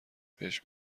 بهش